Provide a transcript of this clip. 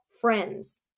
friends